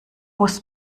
muss